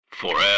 Forever